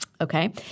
Okay